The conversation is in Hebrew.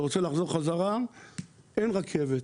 אתה רוצה לחזור חזרה אין רכבת,